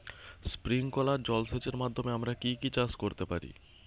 Sprinkler জলসেচের মাধ্যমে আমরা কি কি চাষ করতে পারি?